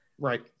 right